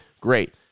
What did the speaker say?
great